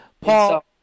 Paul